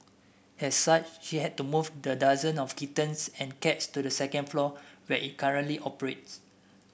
as such she had to move the dozen of kittens and cats to the second floor where it currently operates